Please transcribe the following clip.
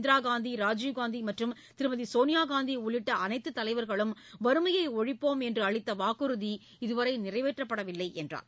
இந்திரா காந்தி ராஜீவ் காந்தி மற்றும் திருமதி சோனியா காந்தி உள்ளிட்ட அனைத்து தலைவா்களும் வறுமையை ஒழிப்போம் என்று அளித்த வாக்குறுதி இதுவரை நிறைவேற்றப்படவில்லை என்றார்